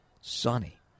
sunny